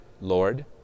Lord